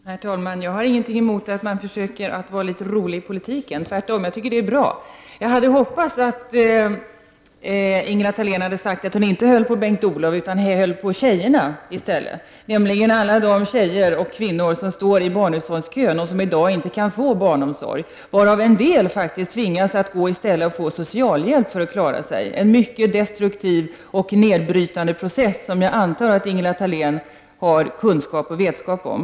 Herr talman! Jag har ingenting emot att man försöker vara litet rolig i politiken. Tvärtom tycker jag att det är bra. Jag hade hoppats att Ingela Thalén skulle säga att hon inte höll på Bengt-Olov utan på tjejerna i stället, nämligen alla de tjejer och kvinnor som står i barnomsorgskön och som i dag inte kan få barnomsorg. En del tvingas att begära socialhjälp för att klara sig, en mycket destruktiv och nedbrytande process, som jag antar att Ingela Thalén har kunskap och vetskap om.